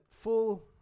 full